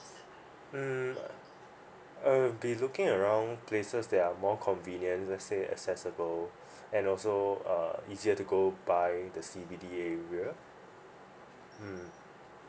mm I'll be looking around places that are more convenient lets say accessible and also uh easier to go buy the area mm